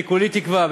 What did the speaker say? אני כולי תקווה,